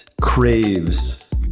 craves